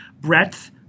breadth